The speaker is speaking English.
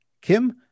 Kim